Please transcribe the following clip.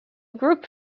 group